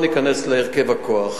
לא ניכנס להרכב הכוח.